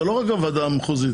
ולא מדובר רק בוועדה הארצית.